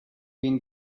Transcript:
been